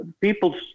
people's